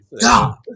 God